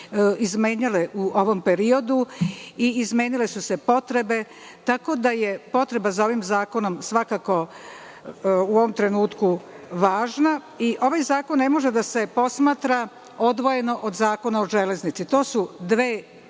izmenjale u ovom periodu i izmenile su se potrebe, tako da je potreba za ovim zakonom svakako u ovom trenutku važna. Ovaj zakon ne može da se posmatra odvojeno od Zakona o železnici. To su dve